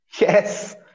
Yes